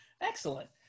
Excellent